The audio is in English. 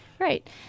Right